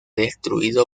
destruido